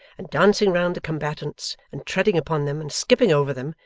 and dancing round the combatants and treading upon them and skipping over them,